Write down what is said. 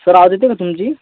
sir आवाज येत आहे का तुमची